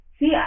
See